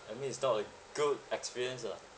I mean it's not a good experience lah